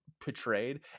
portrayed